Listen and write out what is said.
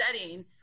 setting